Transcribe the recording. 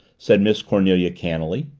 said miss cornelia cannily.